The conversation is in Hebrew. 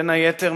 בין היתר,